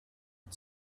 and